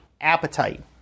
appetite